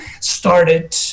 started